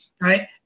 right